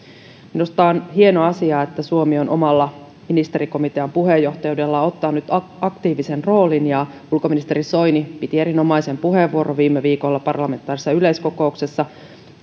minusta on hieno asia että suomi omalla ministerikomitean puheenjohtajuudellaan ottaa nyt aktiivisen roolin ulkoministeri soini piti erinomaisen puheenvuoron viime viikolla parlamentaarisessa yleiskokouksessa